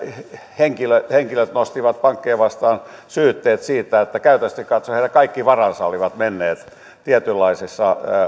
henkilöt henkilöt nostivat pankkeja vastaan syytteet siitä että käytännöllisesti katsoen heidän kaikki varansa olivat menneet tietynlaisiin